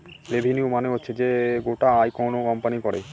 revenue মানে হচ্ছে যে গোটা আয় কোনো কোম্পানি করে